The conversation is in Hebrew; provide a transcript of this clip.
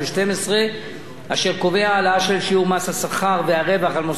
אשר קובע העלאה של שיעור מס השכר והרווח על מוסד כספי ל-17%.